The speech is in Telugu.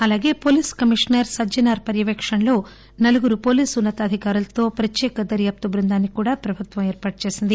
అలాగే పోలీస్ కమిషనర్ సజ్ఞనార్ పర్యవేక్షణలో నలుగురు పోలీసు ఉన్స తాధికారులతో ప్రత్యేక దర్యాప్తు బృందాన్ని కూడా ప్రభుత్వం ఏర్పాటు చేసింది